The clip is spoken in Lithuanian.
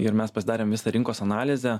ir mes pasidarėm visą rinkos analizę